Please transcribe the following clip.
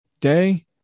day